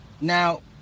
now